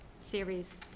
Series